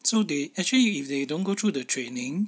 so they actually if they don't go through the training